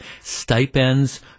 stipends